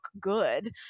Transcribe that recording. good